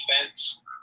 defense